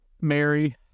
Mary